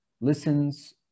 listens